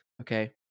okay